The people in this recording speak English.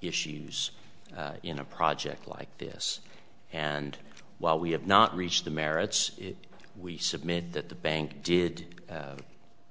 issues in a project like this and while we have not reached the merits we submit that the bank did